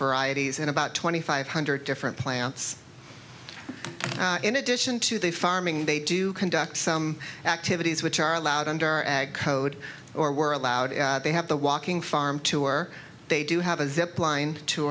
varieties and about twenty five hundred different plants in addition to the farming they do conduct some activities which are allowed under our ag code or we're allowed they have the walking farm too or they do have a zip line to